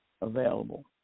available